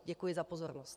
Děkuji za pozornost.